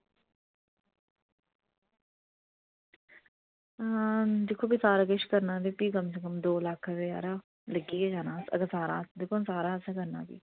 आं भी दिक्खो सारा किश करना भी कम से कम दौ लक्ख रपेआ लग्गी गै जाना बी सारा असें गै करना